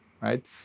right